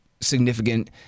significant